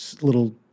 little